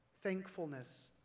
thankfulness